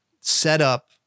setup